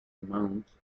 amount